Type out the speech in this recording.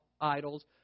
idols